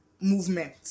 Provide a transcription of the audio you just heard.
movement